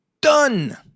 Done